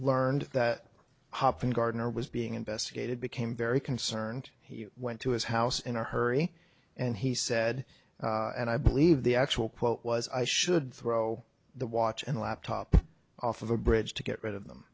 learned that hopping gardener was being investigated became very concerned he went to his house in a hurry and he said and i believe the actual quote was i should throw the watch and laptop off of a bridge to get rid of them